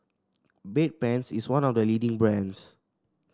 Bedpans is one of the leading brands